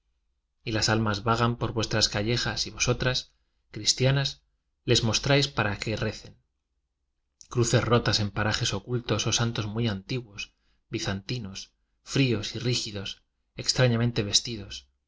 y las almas vagan por vuestras callejas y vosotras cristianas les mostráis para que recen cruces rotas en parajes ocultoso santos muy antiguos bizantinos fríos y rí gidos extrañamente vestidos